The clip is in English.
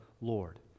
Lord